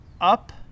up